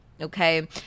okay